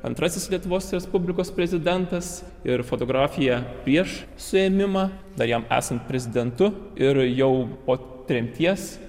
antrasis lietuvos respublikos prezidentas ir fotografija prieš suėmimą dar jam esant prezidentu ir jau po tremties